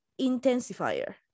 intensifier